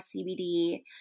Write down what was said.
CBD